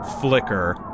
flicker